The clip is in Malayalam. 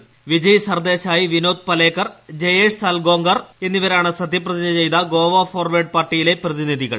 പ്പിജയ് സർദേശായി വിനോദ് പലേക്കർ ജയേഷ് സാൽഗോങ്കർ എന്നിവരാണ് സത്യപ്രതിജ്ഞ ചെയ്ത ഗോവാ ഫോർവേഡ് പാർട്ടിയിലെ പ്രതിനിധികൾ